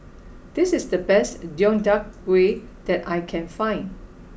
this is the best Deodeok Gui that I can find